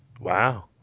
Wow